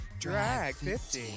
Drag50